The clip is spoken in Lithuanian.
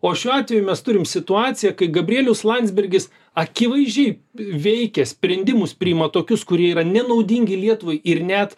o šiuo atveju mes turim situaciją kai gabrielius landsbergis akivaizdžiai veikia sprendimus priima tokius kurie yra nenaudingi lietuvai ir net